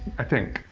i think.